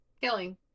killing